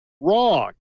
Wrong